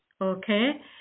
Okay